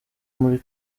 muri